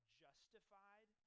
justified